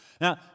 Now